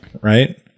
Right